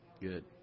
Good